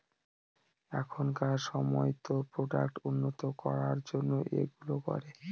এখনকার সময়তো প্রোডাক্ট উন্নত করার জন্য এইগুলো করে